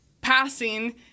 passing